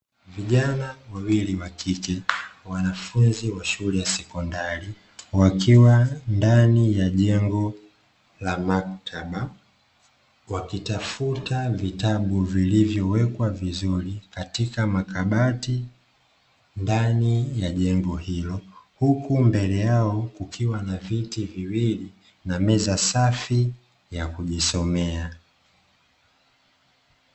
Vijana wawili wa kike, wanafunzi wa shule ya sekondari, wakiwa ndani ya jengo la maktaba wakitafuta vitabu vilivyowekwa vizuri katika makabati ndani ya jengo hilo. Huku mbele yao kukiwa na viti viwili na meza safi ya kujisomea.